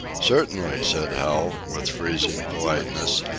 certainly, said hal, with freezing politeness,